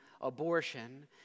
abortion